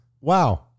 Wow